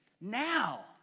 now